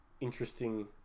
interesting